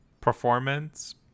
Performance